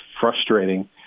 frustrating